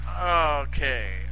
Okay